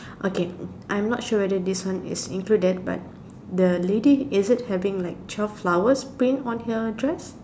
okay I'm not sure whether this one is included but the lady is it having like twelve flowers prints on her dress